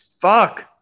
Fuck